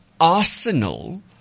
arsenal